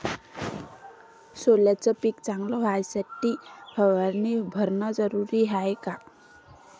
सोल्याचं पिक चांगलं व्हासाठी फवारणी भरनं जरुरी हाये का?